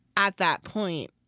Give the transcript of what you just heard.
at that point,